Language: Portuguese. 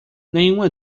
nenhuma